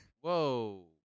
whoa